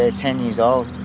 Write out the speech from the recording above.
ah ten years old.